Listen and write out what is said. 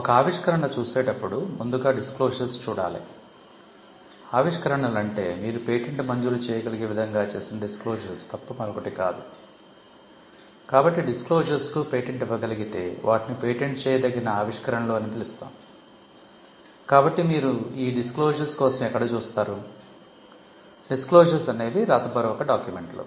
ఒక ఆవిష్కరణ చూసేటప్పుడు ముందుగా డిస్క్లోషర్స్ అనేవి వ్రాతపూర్వక డాక్యుమెంట్లు